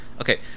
Okay